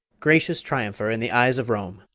gracious triumpher in the eyes of rome!